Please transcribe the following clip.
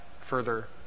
further